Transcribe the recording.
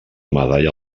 medalla